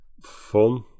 fun